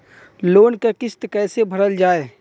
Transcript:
Loan क किस्त कैसे भरल जाए?